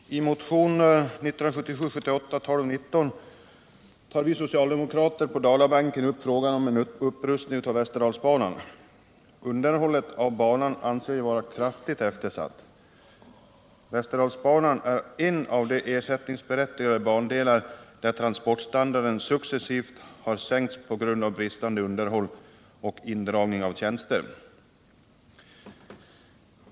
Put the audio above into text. Herr talman! I motionen 1977/78:1219 tar vi socialdemokrater på Dalabänken upp frågan om en upprustning av Västerdalsbanan. Underhållet av banan anser jag vara kraftigt eftersatt. Västerdalsbanan är en av de ersättningsberättigade bandelar där transportstandarden successivt har sänkts på grund av bristande underhåll och indragning av tjänster.